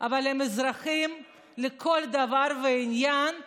אבל הם אזרחים לכל דבר ועניין,